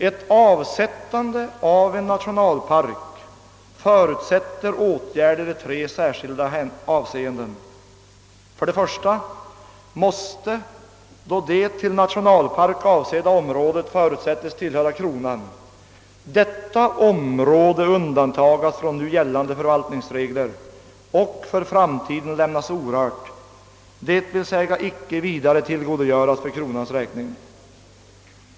»Ett afsättande af en nationalpark förutsätter åtgärder i tre särskilda afseenden: För det första måste, då det till nationalpark afsedda området förutsättes tillhöra kronan, detta område undantagas från nu gällande förvaltningsregler och för framtiden lämnas orördt, d.v.s. icke vidare tillgodogöras för kronans räkning.